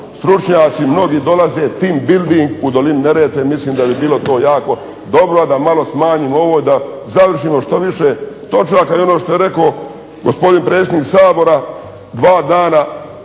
stručnjaci, mnogi dolaze, team building u dolini Neretve. Mislim da bi bilo to jako dobro, da malo smanjimo ovo da završimo što više točaka i ono što je rekao gospodin predsjednik Sabora, dva dana